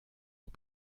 aux